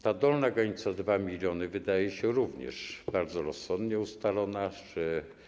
Ta dolna granica 2 mln wydaje się również bardzo rozsądnie ustalona.